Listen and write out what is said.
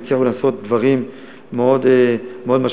והצלחנו לעשות דברים מאוד משמעותיים.